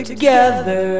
together